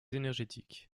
énergétiques